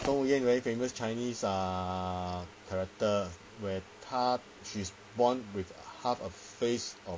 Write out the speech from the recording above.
中午炎 very famous chinese uh character where 她 she's born with half a face of